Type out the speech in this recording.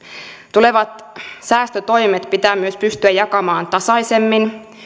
tulevat säästötoimet pitää myös pystyä jakamaan tasaisemmin